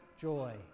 joy